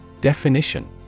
Definition